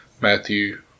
Matthew